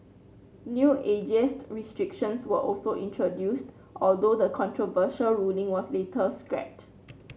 new ageist restrictions were also introduced although the controversial ruling was later scrapped